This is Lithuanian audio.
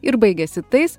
ir baigiasi tais